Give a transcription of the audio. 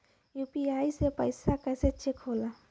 UPI से पैसा कैसे चेक होला?